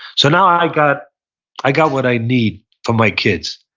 so now i got i got what i need from my kids.